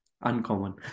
uncommon